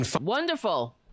wonderful